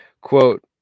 Quote